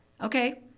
okay